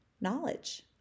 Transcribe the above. knowledge